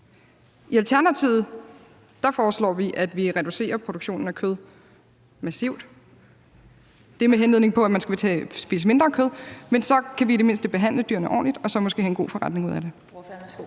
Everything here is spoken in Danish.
I Alternativet foreslår vi at reducere produktionen af kød massivt. Det er med henblik på, at man skal spise mindre kød, men så kan vi i det mindste behandle dyrene ordentligt og så måske have en god forretning ud af det.